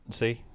see